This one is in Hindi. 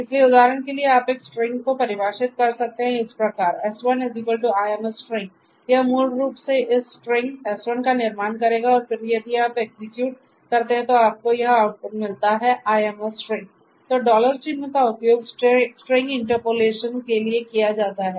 इसलिए उदाहरण के लिए आप एक स्ट्रिंग को परिभाषित कर सकते हैं इस प्रकार s1"I am a string" यह मूल रूप से इस स्ट्रिंग s1 का निर्माण करेगा और फिर यदि आप एग्जीक्यूट करते हैं तो आपको यह आउटपुट मिलता है I am a string तो डॉलर चिन्ह का उपयोग स्ट्रिंग इंटरपोलेशन के लिए किया जाता है